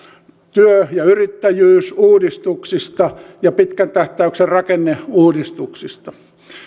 työ ja yrittäjyysuudistuksista ja pitkän tähtäyksen rakenneuudistuksista